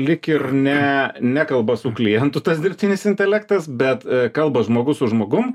lyg ir ne nekalba su klientu tas dirbtinis intelektas bet kalba žmogus su žmogum